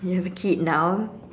you have a kid now